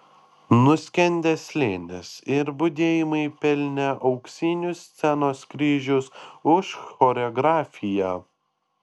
nuskendęs slėnis ir budėjimai pelnė auksinius scenos kryžius už choreografiją